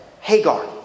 Hagar